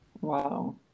Wow